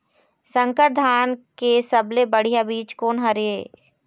संकर धान के सबले बढ़िया बीज कोन हर ये?